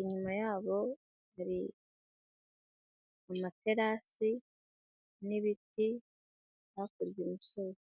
inyuma yabo hari amaterasi n'ibiti hakurya umusozi.